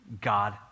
God